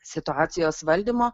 situacijos valdymo